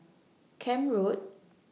Camp Road